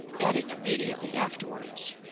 adding immediately afterwards,